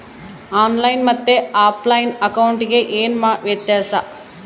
On line ಮತ್ತೆ offline ಅಕೌಂಟಿಗೆ ಏನು ವ್ಯತ್ಯಾಸ?